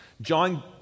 John